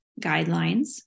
guidelines